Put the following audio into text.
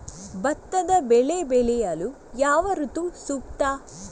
ಭತ್ತದ ಬೆಳೆ ಬೆಳೆಯಲು ಯಾವ ಋತು ಸೂಕ್ತ?